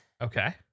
okay